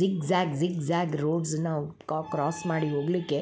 zigzag zigzag roads ನಾವು cross ಮಾಡಿ ಹೋಗಲಿಕ್ಕೆ